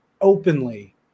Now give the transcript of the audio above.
openly